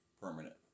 permanent